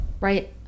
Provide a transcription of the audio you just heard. right